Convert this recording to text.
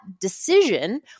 decision